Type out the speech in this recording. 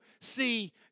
see